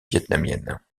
vietnamiennes